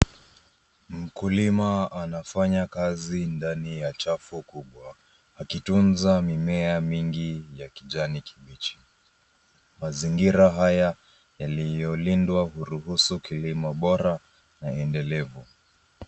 Mkulima anafanya kazi ndni ya chafu kubwa, akiunza mimea mingi ya kijani kibichi, mazingira haya yaliyolindwa huruhusu kilimo bora na endelevu.